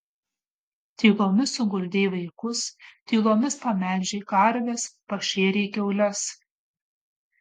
tylomis suguldei vaikus tylomis pamelžei karves pašėrei kiaules